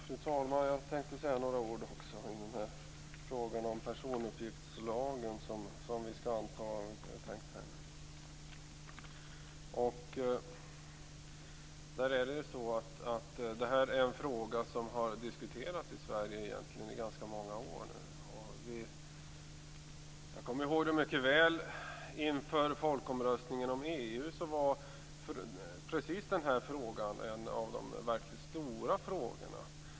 Fru talman! Jag vill också säga några ord när det gäller frågan om personuppgiftslagen, som det är tänkt att vi skall anta. Det här är en fråga som har diskuterats i Sverige i ganska många år. Inför folkomröstningen om EU var precis den här frågan en av de verkligt stora frågorna.